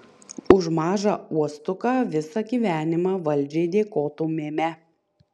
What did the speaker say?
už mažą uostuką visą gyvenimą valdžiai dėkotumėme